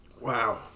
wow